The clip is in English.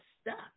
stuck